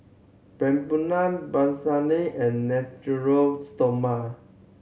Papulex Blephagel and Natura Stoma